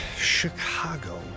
Chicago